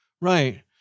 Right